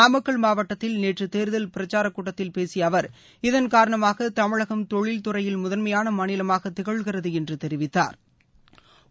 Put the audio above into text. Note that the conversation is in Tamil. நாமக்கல் மாவட்டம் திருச்செங்கோட்டில் நேற்று தேர்தல் பிரச்சாரக் கூட்டத்தில் பேசிய அவர் இதன்காரணமாக தமிழகம் தொழில் துறையில் முதன்மையான மாநிலமாக திகழ்கிறது என்று தெரிவித்தாா்